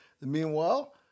Meanwhile